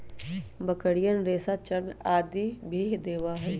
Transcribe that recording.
बकरियन रेशा, चर्म आदि भी देवा हई